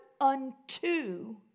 unto